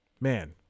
Man